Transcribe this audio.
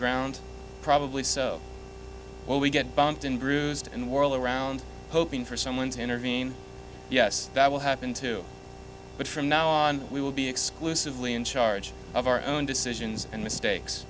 ground probably so when we get bumped and bruised and whirl around hoping for someone to intervene yes that will happen too but from now on we will be exclusively in charge of our own decisions and mistakes